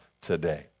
today